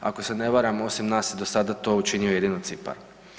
Ako se ne varam osim nas je do sada to učinio jedino Cipar.